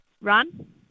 run